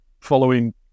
following